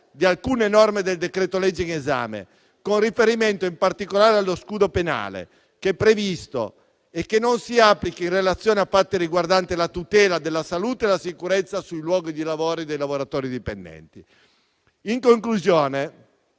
di alcune norme del decreto-legge in esame, con riferimento in particolare allo scudo penale che è previsto e che non si applica in relazione a fatti riguardanti la tutela della salute e la sicurezza sui luoghi di lavoro e dei lavoratori dipendenti. In conclusione,